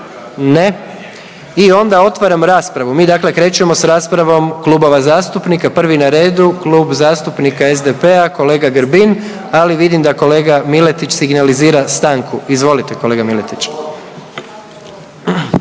Ne I onda otvaram raspravu, mi dakle krećemo s raspravom klubova zastupnika. Prvi na redu Kluba zastupnika SDP-a, kolega Grbin ali vidim da kolega Miletić signalizira stanku. Izvolite, kolega Miletić.